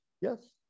Yes